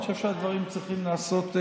אני חושב שהדברים צריכים להיעשות,